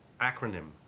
Acronym